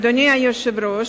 אדוני היושב-ראש,